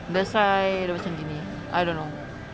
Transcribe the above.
that's why dia macam gini I don't know